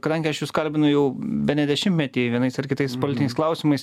kadangi aš jus kalbinu jau bene dešimtmetį vienais ar kitais politiniais klausimais